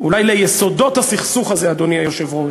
אולי ליסודות הסכסוך הזה, אדוני היושב-ראש.